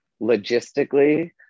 logistically